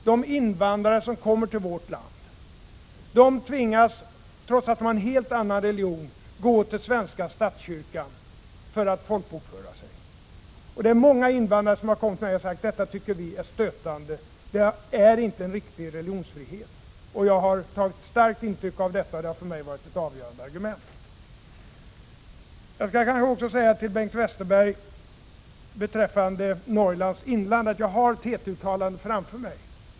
De invandrare som kommer till vårt land tvingas — trots att de har en helt annan religion — gå till svenska statskyrkan för att folkbokföra sig. Många invandrare har kommit till mig och sagt: Detta tycker vi är stötande — det är inte riktig religionsfrihet. Jag har tagit starkt intryck av detta, och det har för mig varit ett av argumenten. Jag skall kanske också säga något till Bengt Westerberg beträffande Norrlands inland. Jag har TT-uttalandet framför mig.